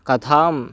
कथां